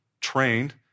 trained